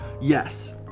yes